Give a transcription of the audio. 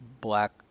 black